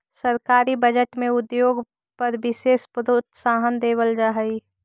सरकारी बजट में उद्योग पर विशेष प्रोत्साहन देवल जा हई